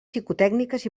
psicotècniques